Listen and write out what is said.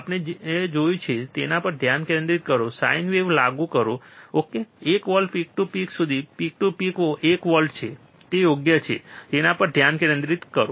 આપણે જે જોયું છે તેના પર ધ્યાન કેન્દ્રિત કરો સાઇન વેવ લાગુ કરો ઓકે એક વોલ્ટ પીક ટુ પીક સુધી પીક ટુ પીક એક વોલ્ટ છે તે યોગ્ય છે તેના પર ધ્યાન કેન્દ્રિત કરો